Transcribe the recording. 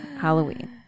Halloween